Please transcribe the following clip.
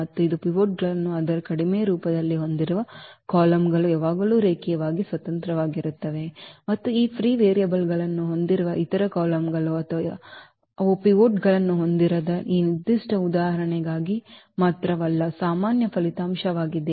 ಮತ್ತು ಇದು ಪಿವಟ್ಗಳನ್ನು ಅದರ ಕಡಿಮೆ ರೂಪದಲ್ಲಿ ಹೊಂದಿರುವ ಕಾಲಮ್ಗಳು ಯಾವಾಗಲೂ ರೇಖೀಯವಾಗಿ ಸ್ವತಂತ್ರವಾಗಿರುತ್ತವೆ ಮತ್ತು ಈ ಫ್ರೀ ವೇರಿಯಬಲ್ ಗಳನ್ನು ಹೊಂದಿರುವ ಇತರ ಕಾಲಮ್ಗಳು ಅಥವಾ ಅವು ಪಿವೋಟ್ಗಳನ್ನು ಹೊಂದಿರದ ಈ ನಿರ್ದಿಷ್ಟ ಉದಾಹರಣೆಗಾಗಿ ಮಾತ್ರವಲ್ಲ ಸಾಮಾನ್ಯ ಫಲಿತಾಂಶವಾಗಿದೆ